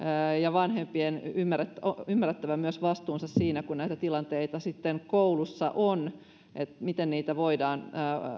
vanhempien on ymmärrettävä myös vastuunsa siinä kun näitä tilanteita sitten koulussa on että miten niitä voidaan